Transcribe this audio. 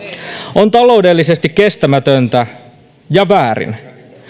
on taloudellisesti kestämätöntä ja väärin